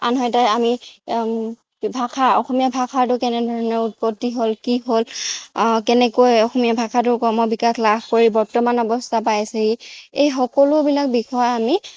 আনহাতে আমি ভাষা অসমীয়া ভাষাটো কেনেধৰণে উৎপত্তি হ'ল কি হ'ল কেনেকৈ অসমীয়া ভাষাটো ক্ৰমবিকাশ লাভ কৰি বৰ্তমান অৱস্থা পাইছেহি এই সকলোবিলাক বিষয় আমি